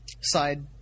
side